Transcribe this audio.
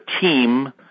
team